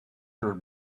her